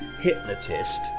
hypnotist